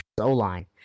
o-line